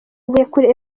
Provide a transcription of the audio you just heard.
mvuyekure